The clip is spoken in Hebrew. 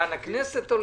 לאן הכנסת הולכת.